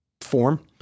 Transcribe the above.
form